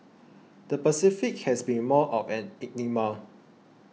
the Pacific has been more of an enigma